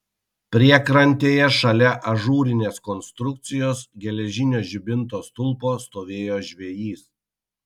priekrantėje šalia ažūrinės konstrukcijos geležinio žibinto stulpo stovėjo žvejys